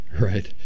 right